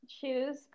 choose